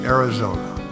Arizona